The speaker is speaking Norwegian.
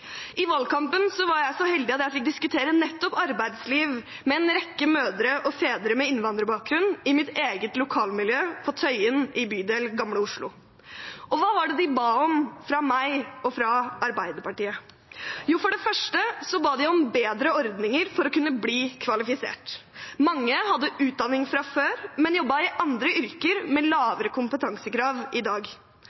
I valgkampen var jeg så heldig at jeg fikk diskutere nettopp arbeidsliv med en rekke mødre og fedre med innvandrerbakgrunn i mitt eget lokalmiljø, på Tøyen i bydel Gamle Oslo. Og hva var det de ba om fra meg og fra Arbeiderpartiet? Jo, for det første ba de om bedre ordninger for å kunne bli kvalifisert. Mange hadde utdanning fra før, men jobbet i andre yrker med